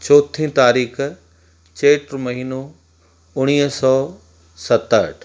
चौथी तारीख़ु चैत महिनो उणिवीह सौ सतहठि